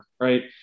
Right